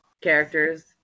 characters